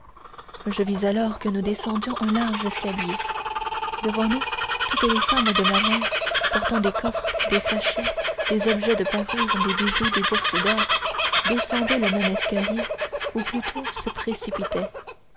je vis alors que nous descendions un large escalier devant nous toutes les femmes de ma mère portant des coffres des sachets des objets de parure des bijoux des bourses d'or descendaient le même escalier ou plutôt se précipitaient